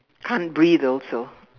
can't breathe also